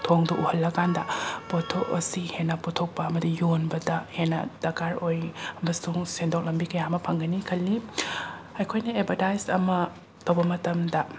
ꯊꯣꯡꯗ ꯎꯍꯜꯂꯀꯥꯟꯗ ꯄꯣꯊꯣꯛ ꯑꯁꯤ ꯍꯦꯟꯅ ꯄꯨꯊꯣꯛꯄ ꯑꯃꯗꯤ ꯌꯣꯟꯕꯗ ꯍꯦꯟꯅ ꯗꯔꯀꯥꯔ ꯑꯣꯏ ꯑꯃꯁꯨꯡ ꯁꯦꯟꯗꯣꯛ ꯂꯝꯕꯤ ꯀꯌꯥ ꯑꯃ ꯐꯪꯒꯅꯤ ꯈꯜꯂꯤ ꯑꯩꯈꯣꯏꯅ ꯑꯦꯗꯚꯔꯇꯥꯏꯖ ꯑꯃ ꯇꯧꯕ ꯃꯇꯝꯗ